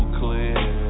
clear